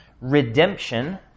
redemption